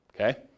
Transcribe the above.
Okay